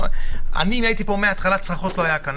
הייתי פה מההתחלה ולא ראיתי שהיו כאן צרחות.